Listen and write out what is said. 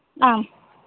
ಹಾಂ